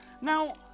Now